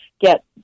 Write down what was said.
get